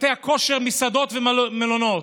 חדרי כושר, מסעדות ומלונות.